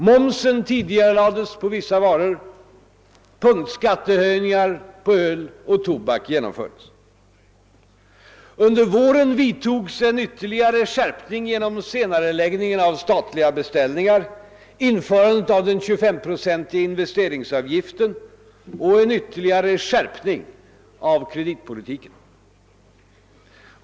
Momsen tidigarelades på vissa varor och punktskattehöjningar på öl och tobak genomfördes. Under våren vidtogs en ytterligare skärpning genom senareläggning av statliga beställningar, införande av den 25-procentiga investeringsavgiften och en ytterligare skärpning av kreditpolitiken.